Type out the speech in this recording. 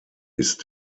ist